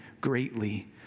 greatly